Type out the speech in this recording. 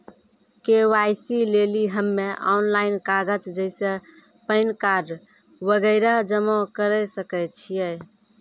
KYC लेली हम्मय online कागज जैसे पैन कार्ड वगैरह जमा करें सके छियै?